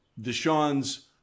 Deshaun's